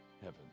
Heaven